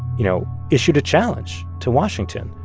you know, issued a challenge to washington.